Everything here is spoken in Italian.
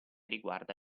riguarda